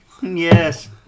yes